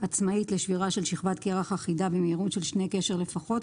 עצמאית לשבירה של שכבת קרח אחידה במהירות של 2 קשר לפחות,